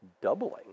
doubling